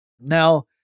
Now